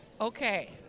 Okay